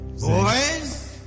boys